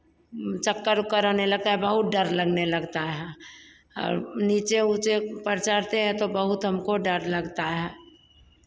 चक्कर ओक्कर आने लगता है बहुत डर लगने लगता है और नीचे ऊँचे पर चढ़ते हैं तो बहुत हमको डर लगता है